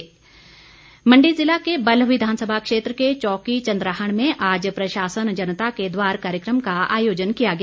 इंद्र सिंह गांधी मण्डी ज़िला के बल्ह विधानसभा क्षेत्र के चौकी चंद्राहण में आज प्रशासन जनता के द्वार कार्यक्रम का आयोजन किया गया